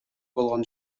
болгон